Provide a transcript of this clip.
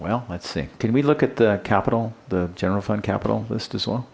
well let's see can we look at the capital the general fund capital list as well